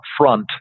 upfront